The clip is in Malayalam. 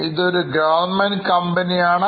ഇതൊരു ഗവൺമെൻറ് കമ്പനി ആണ്